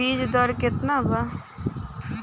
बीज दर केतना बा?